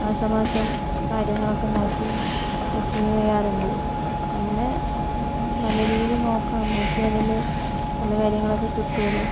മാസാമാസം കാര്യങ്ങളൊക്കെ നോക്കി ചെക്ക് ചെയ്യാറുണ്ട് അങ്ങനെ നല്ല രീതിയിൽ നോക്കണം നോക്കിയാലല്ലേ പല കാര്യങ്ങളൊക്കെ കിട്ടുകയുള്ളൂ